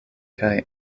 kaj